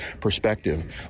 perspective